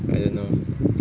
I don't know